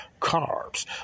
carbs